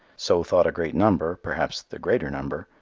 so thought a great number, perhaps the greater number,